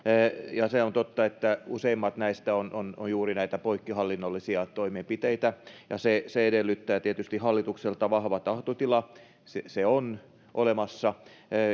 on totta että useimmat näistä ovat juuri näitä poikkihallinnollisia toimenpiteitä ja se se edellyttää tietysti hallitukselta vahvaa tahtotilaa se se on olemassa